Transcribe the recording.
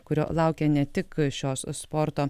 kurio laukia ne tik šios sporto